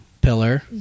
pillar